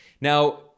Now